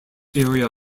area